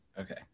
Okay